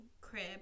crib